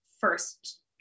first